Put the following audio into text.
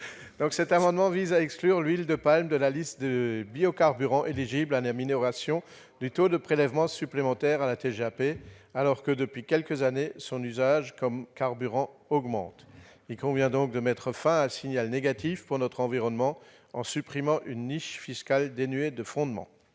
Cet amendement vise à exclure l'huile de palme de la liste des biocarburants éligibles à la minoration du taux de prélèvement supplémentaire à la TGAP, alors que, depuis plusieurs années, son usage comme carburant augmente. Il convient de mettre fin à un signal négatif pour notre environnement en supprimant une niche fiscale dénuée de fondement.